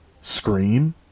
scream